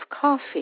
coffee